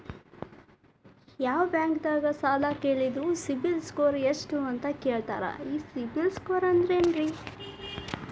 ಯಾವ ಬ್ಯಾಂಕ್ ದಾಗ ಸಾಲ ಕೇಳಿದರು ಸಿಬಿಲ್ ಸ್ಕೋರ್ ಎಷ್ಟು ಅಂತ ಕೇಳತಾರ, ಈ ಸಿಬಿಲ್ ಸ್ಕೋರ್ ಅಂದ್ರೆ ಏನ್ರಿ?